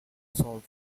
resulted